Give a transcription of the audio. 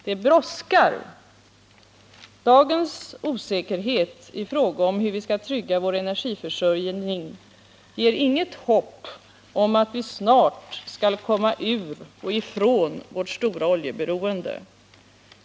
Det brådskar! Dagens osäkerhet i fråga om hur vi skall trygga vår energiförsörjning ger inget hopp om att vi snart skall komma ifrån vårt stora oljeberoende.